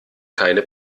keine